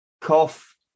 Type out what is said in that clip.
cough